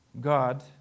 God